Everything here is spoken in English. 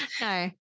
No